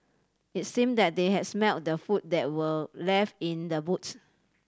it seemed that they had smelt the food that were left in the boots